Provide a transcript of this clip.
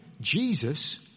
Jesus